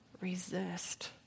resist